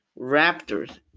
raptors